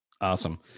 Awesome